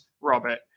Robert